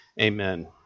Amen